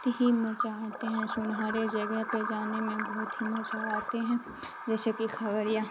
بہت ہی مزہ آتے ہیں سنہرے جگہ پہ جانے میں بہت ہی مزہ آتے ہیں جیسے کہ کھگڑیا